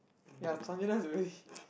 ya is a very